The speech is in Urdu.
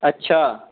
اچّھا